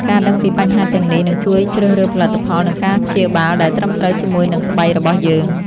ការដឹងពីបញ្ហាទាំងនេះនឹងជួយជ្រើសរើសផលិតផល និងការព្យាបាលដែលត្រឹមត្រូវជាមួយនឹងស្បែករបស់យើង ។